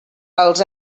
als